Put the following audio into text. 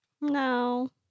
no